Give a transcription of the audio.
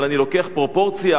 אבל אני לוקח פרופורציה,